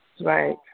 Right